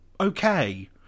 okay